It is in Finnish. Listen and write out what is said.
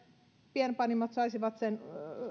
pienpanimot saisivat sen